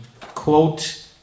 quote